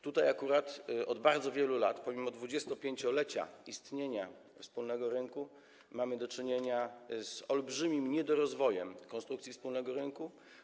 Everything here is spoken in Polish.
Tutaj akurat od bardzo wielu lat, pomimo 25-lecia istnienia wspólnego rynku, mamy do czynienia z olbrzymim niedorozwojem konstrukcji wspólnego rynku.